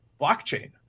blockchain